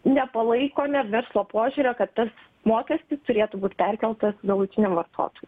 nepalaikome verslo požiūrio kad tas mokestis turėtų būt perkeltas galutiniam vartotojui